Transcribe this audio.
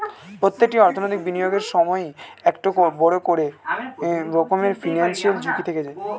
প্রত্যেকটি অর্থনৈতিক বিনিয়োগের সময়ই একটা করে বড় রকমের ফিনান্সিয়াল ঝুঁকি থেকে যায়